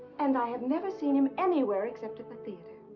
and i have never seen him anywhere except at the theater.